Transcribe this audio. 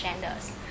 genders